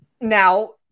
Now